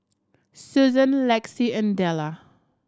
Susan Lexie and Delle